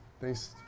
Thanks